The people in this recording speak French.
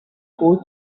haut